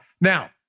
Now